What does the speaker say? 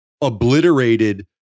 obliterated